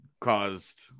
caused